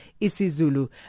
Isizulu